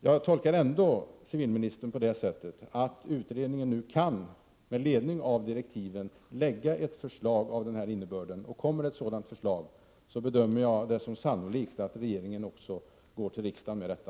Jag tolkar ändå civilministern så, att utredningen — med ledning av direktiven — nu kan lägga fram ett förslag av nämnda innebörd. Om ett sådant förslag kommer, bedömer jag det som sannolikt att regeringen också går till riksdagen med detta.